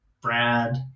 Brad